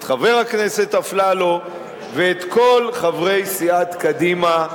את חבר הכנסת אפללו ואת כל חברי סיעת קדימה,